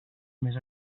més